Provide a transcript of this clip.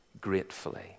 gratefully